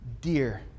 dear